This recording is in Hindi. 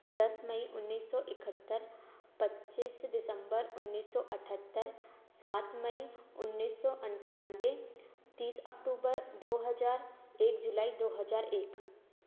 दस मई उन्नीस सौ इकहत्तर पच्चीस दिसंबर उन्नीस सौ अठहत्तर सात मई उन्नीस सौ अट्ठानवे तीस अक्टूबर दो हज़ार एक जुलाई दो हज़ार एक